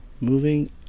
Moving